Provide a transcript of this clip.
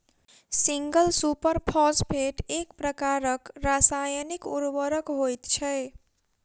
single super phosphate एक प्रकारक रासायनिक उर्वरक होइत छै